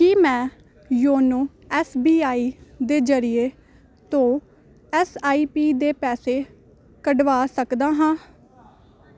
ਕੀ ਮੈਂ YONO S B I ਦੇ ਜ਼ਰੀਏ ਤੋਂ ਐੱਸ ਆਈ ਪੀ ਦੇ ਪੈਸੇ ਕੱਢਵਾ ਸਕਦਾ ਹਾਂ